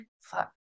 fuck